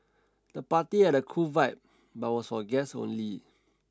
the party had a cool vibe but was for guests only